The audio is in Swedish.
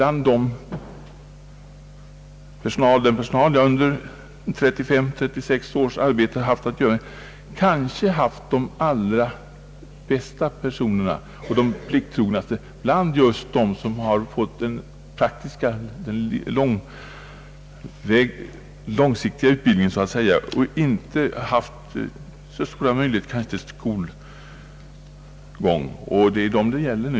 Inom den personaluppsättning jag under 35 å 36 års tid haft att göra med har jag kanske funnit de allra bästa och plikttrognaste medhjälparna bland dem som fått den praktiska, långa utbildningen och inte haft så stora möjligheter till teoretisk vidareutbildning. Det är dem det gäller nu.